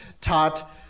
taught